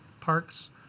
parks